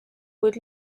kuid